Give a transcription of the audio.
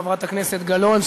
חברת הכנסת גלאון,